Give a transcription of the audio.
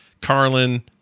carlin